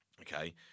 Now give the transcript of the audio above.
Okay